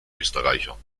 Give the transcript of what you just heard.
österreicher